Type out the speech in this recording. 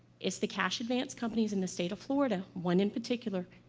it's the cash advance companies in the state of florida, one in particular,